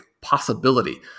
possibility